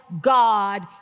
God